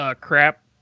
crap